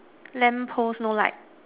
lamp post no light